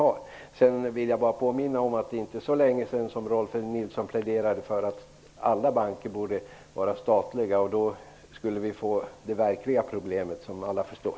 Jag vill också påminna om att det inte är så länge sedan som Rolf L Nilson pläderade för att alla banker borde vara statliga. Men då skulle vi få det verkliga problemet, vilket alla förstår.